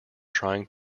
trying